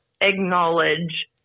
acknowledge